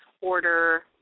order